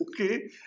Okay